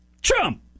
Trump